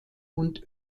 und